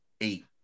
eight